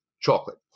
chocolate